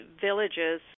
villages